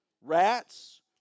rats